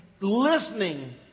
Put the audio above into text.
Listening